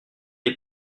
est